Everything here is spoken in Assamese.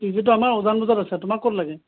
পি জিটো আমাৰ উজান বজাৰত আছে তোমাক ক'ত লাগে